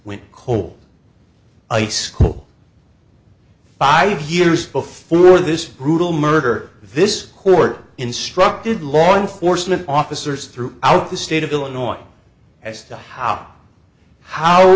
went cold a school five years before this brutal murder this court instructed law enforcement officers throughout the state of illinois as to how how